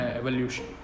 evolution